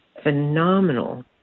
phenomenal